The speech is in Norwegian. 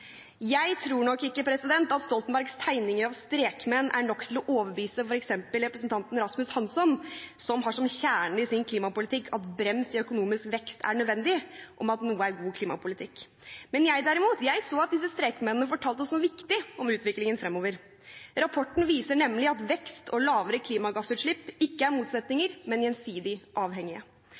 Jeg tror nok ikke at Stoltenbergs tegninger av strekmenn er nok til å overbevise f.eks. representanten Rasmus Hansson, som har som kjernen i sin klimapolitikk at brems i økonomisk vekst er nødvendig, om at noe vekst er god klimapolitikk. Men jeg, derimot, så at disse strekmennene fortalte oss noe viktig om utviklingen fremover. Rapporten viser nemlig at vekst og lavere klimagassutslipp ikke er motsetninger, men gjensidig avhengige